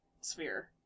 sphere